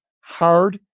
hard